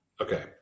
okay